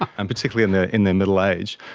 and particularly in ah in their middle age.